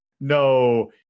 no